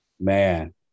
Man